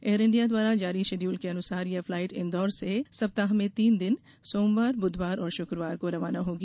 air India द्वारा जारी schedule के अनुसार यह फ्लाइट इंदौर से सप्ताह में तीन दिन सोमवार बुधवार और शुक्रवार को रवाना होगी